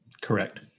Correct